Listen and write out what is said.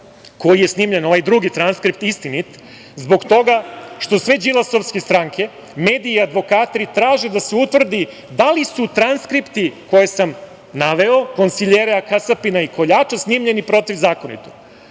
koji je snimljen, ovaj drugi transkript, istinit zbog toga što sve Đilasovske stranke, mediji i advokati traže da se utvrdi da li su transkripti koje sam naveo konsiljera, kasapina i koljača snimljeni protivzakonito.